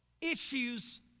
issues